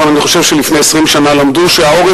אבל אני חושב שלפני 20 שנה למדו שהעורף